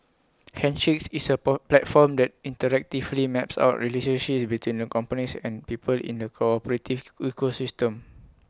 handshakes is A poor platform that interactively maps out relationships between the companies and people in the corporative ecosystem